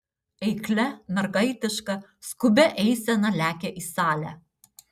eiklia mergaitiška skubia eisena lekia į salę